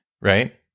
right